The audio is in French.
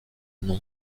nom